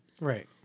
Right